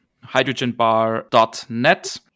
Hydrogenbar.net